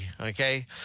okay